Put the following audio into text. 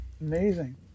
Amazing